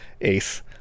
ace